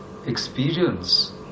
experience